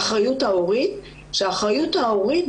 את האחריות ההורית,